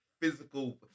physical